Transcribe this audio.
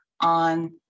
on